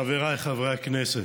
חבריי חברי הכנסת,